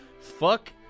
Fuck